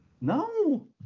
No